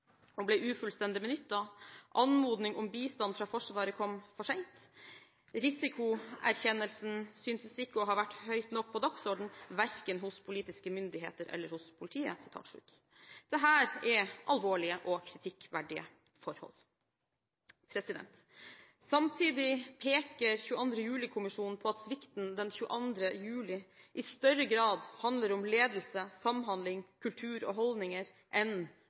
ble ufullstendig benyttet, at anmodning om bistand fra Forsvaret kom for sent, og at risikoerkjennelsen ikke synes å ha vært høyt nok på dagsordenen verken hos politiske myndigheter eller hos politiet. Dette er alvorlige og kritikkverdige forhold. Samtidig peker 22. juli-kommisjonen på at svikten den 22. juli i større grad handler om ledelse, samhandling, kultur og holdninger enn